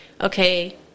okay